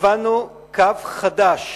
קבענו קו חדש